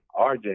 RJ